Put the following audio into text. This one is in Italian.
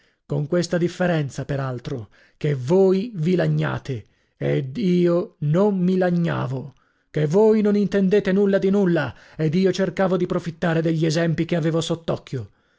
con questa differenza per altro che voi vi lagnate ed io non mi lagnavo che voi non intendete nulla di nulla ed io cercavo di profittare degli esempi che avevo sott'occhio